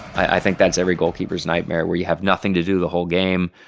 i think that's every goalkeeper's nightmare, where you have nothing to do the whole game,